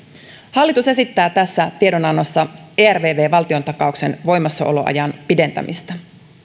hallitus esittää tässä tiedonannossaan ervv valtiontakauksen voimassaoloajan pidentämistä